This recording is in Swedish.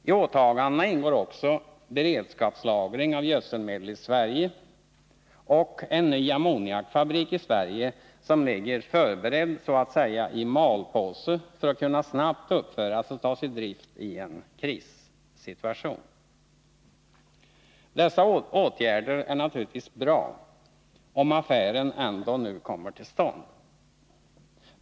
I åtagandena ingår också beredskapslagring av gödselmedel i Sverige och igångsättandet av en ny ammoniakfabrik i Sverige, som ligger förberedd i ”malpåse” för att kunna snabbt uppföras och tas i drift i en krissituation. Dessa åtgärder är naturligtvis bra, om affären ändå kommer till stånd.